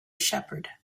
shepherd